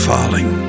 Falling